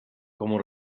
como